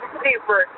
super